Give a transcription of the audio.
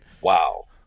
wow